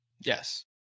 Yes